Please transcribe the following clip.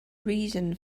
reason